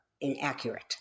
inaccurate